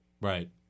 Right